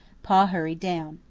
pa hurried down.